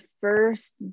first